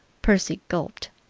percy gulped.